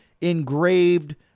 engraved